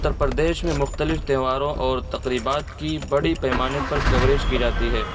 اترپردیش میں مختلف تہواروں اور تقریبات کی بڑی پیمانے پر کوریج کی جاتی ہے